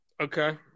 Okay